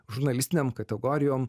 žurnalistinėm kategorijom